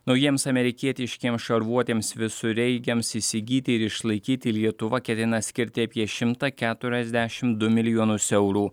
naujiems amerikietiškiems šarvuotiems visureigiams įsigyti ir išlaikyti lietuva ketina skirti apie šimtą keturiasdešimt du milijonus eurų